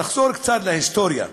נחזור קצת להיסטוריה: